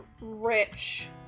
rich